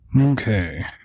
Okay